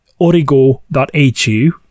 Origo.hu